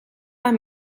amb